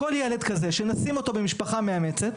כל ילד כזה שנשים במשפחה מאמצת,